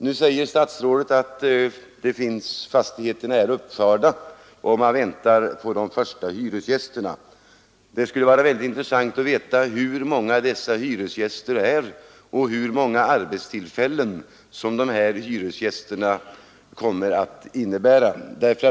Nu säger statsrådet att fastigheter finns uppförda där och att man väntar på de första hyresgästerna. Det skulle vara intressant att få veta hur många dessa hyresgäster är och hur många arbetstillfällen som de kommer att innebära.